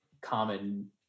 common